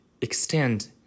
extend